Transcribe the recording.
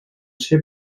ser